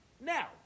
Now